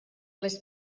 les